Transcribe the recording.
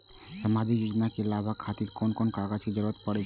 सामाजिक योजना के लाभक खातिर कोन कोन कागज के जरुरत परै छै?